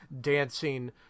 dancing